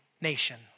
nation